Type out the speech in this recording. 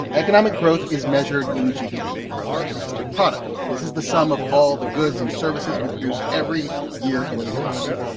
economic growth is measured in gdp, gross domestic product. this is the sum of all the goods and services we produce every year in the economy.